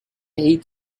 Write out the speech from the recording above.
aid